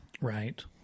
Right